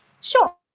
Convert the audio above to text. Sure